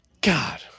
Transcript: God